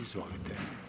Izvolite.